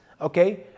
okay